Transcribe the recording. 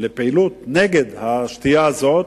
לפעילות נגד השתייה הזאת,